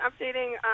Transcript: updating